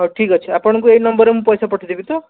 ହଉ ଠିକ୍ ଅଛି ଆପଣଙ୍କୁ ଏଇ ନମ୍ବରରେ ମୁଁ ପଇସା ପଠେଇଦେବି ତ